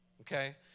okay